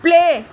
play